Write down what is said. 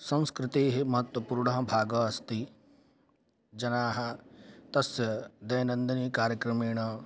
संस्कृतेः महत्त्वपूर्णः भागः अस्ति जनाः तस्य दैनन्दिनकार्यक्रमेण